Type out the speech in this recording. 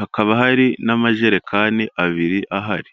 hakaba hari n'amajerekani abiri ahari.